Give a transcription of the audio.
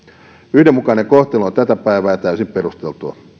yhdenmukainen kohtelu on tätä päivää ja täysin perusteltua